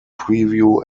preview